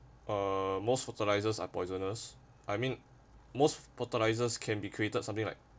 uh most fertilisers are poisonous I mean most fertilizers can be created something like